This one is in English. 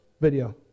video